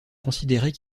considérait